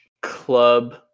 club